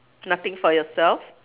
nothing for yourself